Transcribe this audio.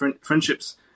friendships